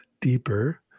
deeper